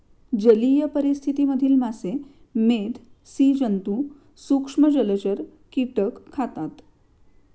जलीय परिस्थिति मधील मासे, मेध, स्सि जन्तु, सूक्ष्म जलचर, कीटक खातात